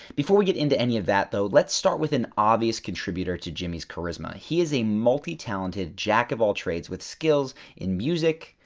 before we get into any of that though, let's start with an obvious contributor to jimmy's charisma. he is a multi-talented jack-of-all-trades with skills in music,